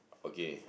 okay